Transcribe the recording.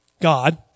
God